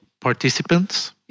participants